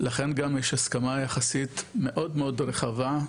לכן יש הסכמה יחסית מאוד מאוד רחבה,